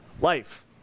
Life